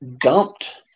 dumped –